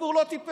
הציבור לא טיפש,